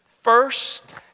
first